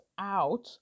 out